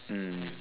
mm